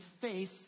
face